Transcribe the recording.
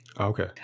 Okay